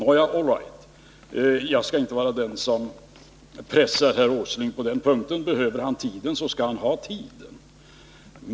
All right — jag skall inte vara den som pressar herr Åsling på den punkten. Behöver han tid skall han ha tid.